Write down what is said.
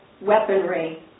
weaponry